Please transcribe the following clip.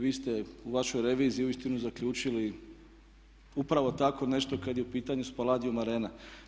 Vi ste u vašoj reviziji uistinu zaključili upravo tako nešto kad je u pitanju Spaladium arena.